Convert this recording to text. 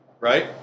Right